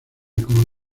como